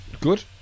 good